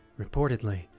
reportedly